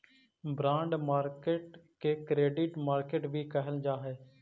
bond market के credit market भी कहल जा हइ